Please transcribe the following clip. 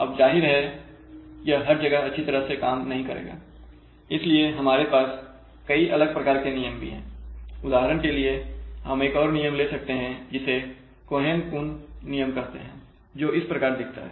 अब जाहिर है यह हर जगह अच्छी तरह से काम नहीं करेगा इसलिए हमारे पास कई अलग प्रकार के नियम भी है उदाहरण के लिए हम एक और नियम ले सकते हैं जिसे cohen coon नियम कहते हैं जो इस प्रकार दिखता है